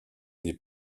des